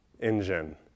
engine